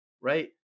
right